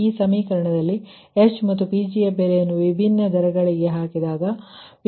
ಈ ಸಮೀಕರಣದಲ್ಲಿ H ಮತ್ತುPg ಬೆಲೆ ಯನ್ನು ವಿಭಿನ್ನ ದರಗಳಿಗೆ ಹಾಕಿ